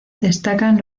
destacan